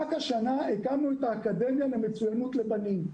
רק השנה הקמנו את האקדמיה למצוינות לבנים.